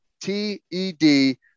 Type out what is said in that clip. T-E-D